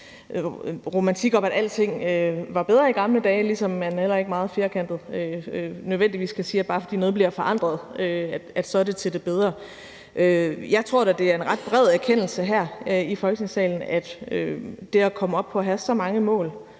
romantisk idé om, at alting var bedre i gamle dage, ligesom man heller ikke nødvendigvis meget firkantet kan sige, at bare fordi noget bliver forandret, så er det til det bedre. Jeg tror da, det er en ret bred erkendelse her i Folketingssalen, at det at komme op på at have så mange mål